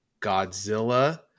Godzilla